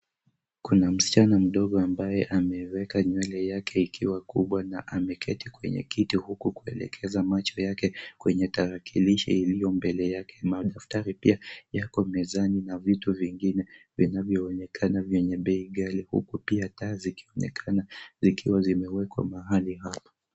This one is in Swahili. Kuna msichana mdogo ambaye ameweka nywele yake ikiwa kubwa na ameketi kwenye kiti huku kuelekeza macho yake kwenye tarakilishi iliyo mbele yake. Madaftari pia yako mezani na vitu vingine vinavyoonekana vyenye bei ghali huku pia taa zikionekana zikiwa zimewekwa mahali hapa.